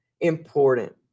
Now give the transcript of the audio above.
important